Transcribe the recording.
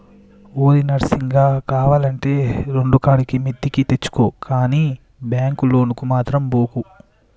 ఓరి నర్సిగా, కావాల్నంటే రెండుకాడికి మిత్తికి తెచ్చుకో గని బాంకు లోనుకు మాత్రం బోకు